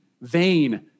vain